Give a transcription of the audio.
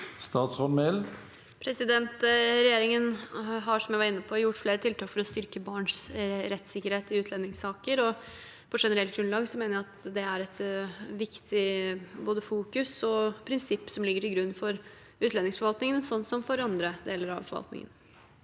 Regjeringen har, som jeg var inne på, gjort flere tiltak for å styrke barns rettssikkerhet i utlendingssaker. På generelt grunnlag mener jeg at det er et viktig både fokus og prinsipp som ligger til grunn for utlendingsforvaltningen, sånn som for andre deler av forvaltningen.